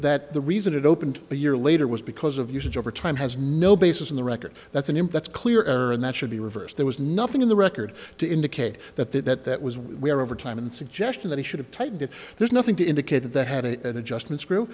that the reason it opened a year later was because of usage over time has no basis in the record that's an input clear error and that should be reversed there was nothing in the record to indicate that that that was where over time in the suggestion that he should have tightened it there's nothing to indicate that that had an adjustment screw